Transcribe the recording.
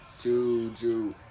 Juju